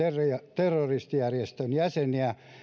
terroristijärjestön jäseniä